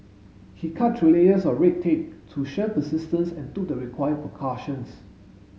he cut through layers of red tape through sheer persistence and took the required precautions